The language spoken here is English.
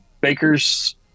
baker's